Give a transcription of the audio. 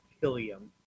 helium